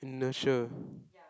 inertia